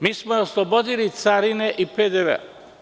Mi smo je oslobodili carine i PDV.